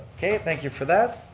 okay thank you for that.